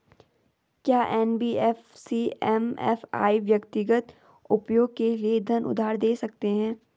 क्या NBFC MFI व्यक्तिगत उपयोग के लिए धन उधार दें सकते हैं?